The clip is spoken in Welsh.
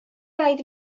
raid